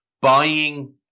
Buying